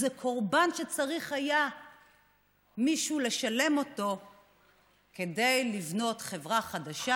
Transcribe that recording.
זה קורבן שמישהו היה צריך היה לשלם כדי לבנות חברה חדשה,